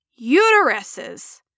uteruses